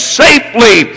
safely